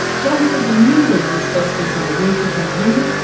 john says he knew there was asbestos in the roof of his unit,